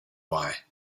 why